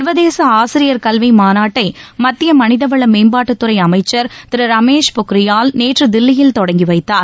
சர்வதேச ஆசிரியர் கல்வி மாநாட்டை மத்திய மனிதவள மேம்பாட்டுத்துறை அமைச்சர் திரு ரமேஷ் பொக்ரியால் நேற்று தில்லியில் தொடங்கி வைத்தார்